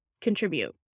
contribute